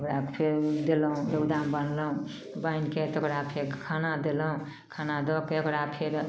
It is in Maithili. ओकरा बाद फेर गेलहुँ रौदामे बन्हलहुँ बान्हिके तऽ ओकरा फेर खाना देलहुँ खाना दऽ के ओकरा फेर